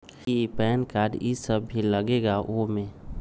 कि PAN card इ सब भी लगेगा वो में?